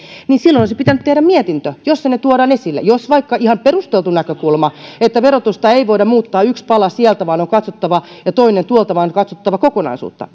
niin silloin olisi pitänyt tehdä mietintö jossa ne tuodaan esille jos vaikka on ihan perusteltu näkökulma että verotusta ei voida muuttaa yksi pala sieltä ja toinen tuolta vaan on katsottava kokonaisuutta